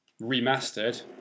remastered